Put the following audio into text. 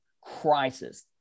crisis